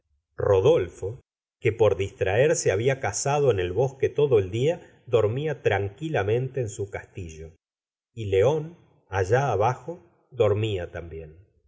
rodolfo que por distraerse babia cazado en el bosque todo el día dormía tranquilamente en su castillo y león allá abajo dormía también